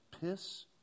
piss